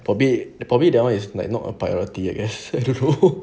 probably probably that one is like not a priority I guess I don't know